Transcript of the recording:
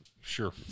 sure